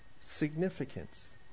significance